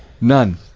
None